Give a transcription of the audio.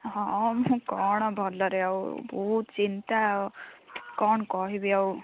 ହଁ ମୁଁ କ'ଣ ଭଲରେ ଆଉ ବହୁତ ଚିନ୍ତା କ'ଣ କହିବି ଆଉ